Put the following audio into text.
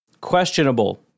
Questionable